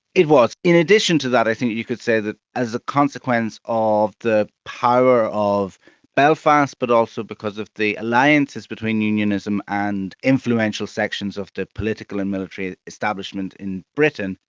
it was. in addition to that i think you could say that as a consequence of the power of belfast but also because of the alliances between unionism and influential sections of the political and military establishment in britain,